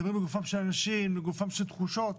מדברים לגופם של אנשים, לגופם של תחושות.